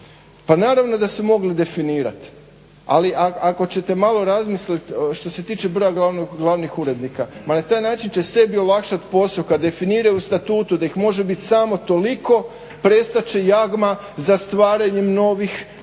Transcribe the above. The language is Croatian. Pa naravno da su mogli definirati. Ali ako ćete malo razmisliti što se tiče broja glavnih urednika, ma na taj način će sebi olakšati posao kad definiraju u Statutu da ih može biti samo toliko prestat će jagma za stvaranjem novih gdje